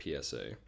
PSA